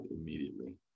immediately